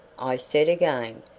i said again,